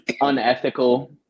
unethical